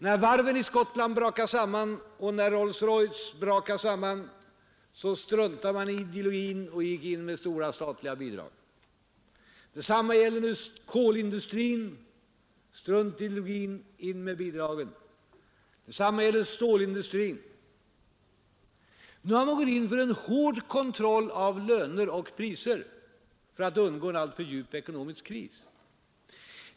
När varven i Skottland och när Rolls Royce brakade samman struntade man i ideologin och gick in med stora statliga bidrag. Detsamma gällde kolindustrin — strunt i ideologin; in med bidragen där! Detsamma gällde stålindustrin. Nu har man gått in för en hård kontroll av löner och priser för att undgå en alltför djup ekonomisk kris.